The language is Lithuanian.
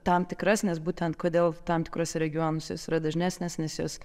tam tikras nes būtent kodėl tam tikruose regionuose jos yra dažnesnės nes jos